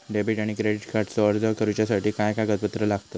Debit आणि credit कार्डचो अर्ज करुच्यासाठी काय कागदपत्र लागतत?